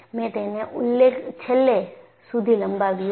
મેં તેને છેલ્લે સુધી લંબાવ્યું નથી